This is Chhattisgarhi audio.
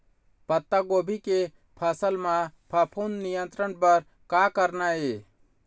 पत्तागोभी के फसल म फफूंद नियंत्रण बर का करना ये?